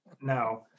No